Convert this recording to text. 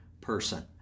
person